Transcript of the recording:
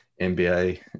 NBA